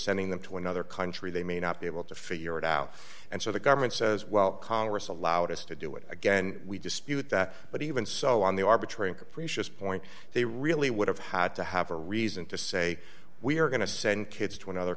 sending them to another country they may not be able to figure it out and so the government says well congress allowed us to do it again we dispute that but even so on the arbitrary capricious point they really would have had to have a reason to say we are going to send kids to another